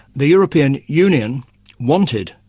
the european union wanted,